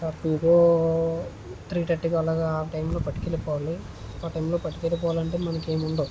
two కో three thirty కో అలాగా ఆ టైం లో పట్టుకెళ్ళిపోవాలి ఆ టైం లో పట్టుకెళ్ళిపోవాలంటే మనకి ఏమి ఉండవు